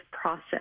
process